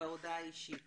בהודעה האישית